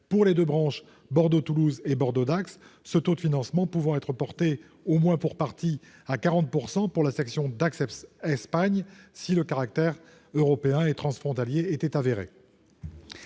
pour les deux branches Bordeaux-Toulouse et Bordeaux-Dax. Ce taux de financement pourrait être porté, au moins en partie, à 40 % pour la section Dax-Espagne si son caractère européen et transfrontalier était avéré.